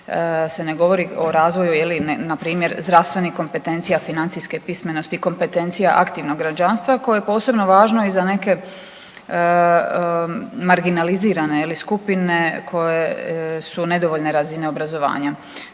se ne govori o razvoju je li npr. zdravstvenih kompetencija financijske pismenosti, kompetencija aktivnog građanstva koje je posebno važno i za neke marginalizirane je li skupine koje su nedovoljne razine obrazovanja.